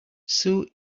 sue